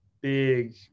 big